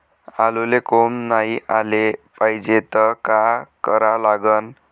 आलूले कोंब नाई याले पायजे त का करा लागन?